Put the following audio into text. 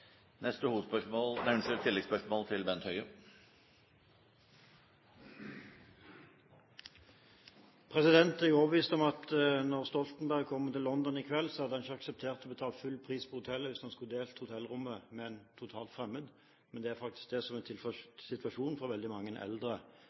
til oppfølgingsspørsmål. Jeg er overbevist om at når Stoltenberg kommer til London i kveld, hadde han ikke akseptert å betale full pris på hotellet hvis han skulle ha delt hotellrommet med en totalt fremmed. Men det er faktisk det som er situasjonen for veldig mange eldre i Norge i dag. Samtidig opplever en